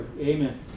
Amen